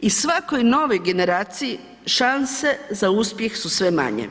i svakoj novoj generaciji šanse za uspjeh su sve manje.